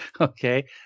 Okay